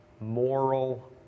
moral